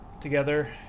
together